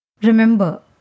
Remember